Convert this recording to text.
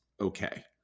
okay